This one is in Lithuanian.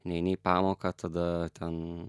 neini į pamoką tada ten